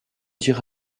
dire